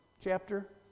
Chapter